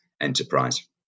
enterprise